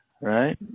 right